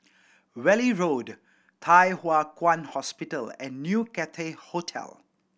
Valley Road Thye Hua Kwan Hospital and New Cathay Hotel